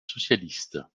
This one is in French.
socialiste